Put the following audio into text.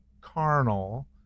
carnal